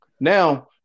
Now